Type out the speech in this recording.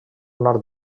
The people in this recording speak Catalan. nord